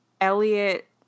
Elliot